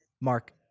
Mark